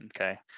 okay